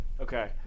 okay